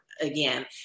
again